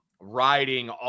riding